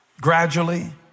Gradually